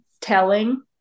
telling